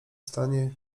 stanie